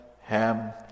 Ham